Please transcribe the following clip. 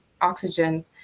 oxygen